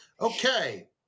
Okay